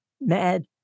mad